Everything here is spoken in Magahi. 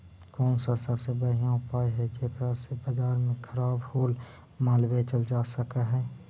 कौन सा सबसे बढ़िया उपाय हई जेकरा से बाजार में खराब होअल माल बेचल जा सक हई?